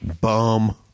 Bum